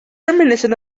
reminiscent